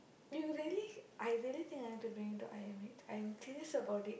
you really I really think I have to bring you to I_M_H I'm serious about it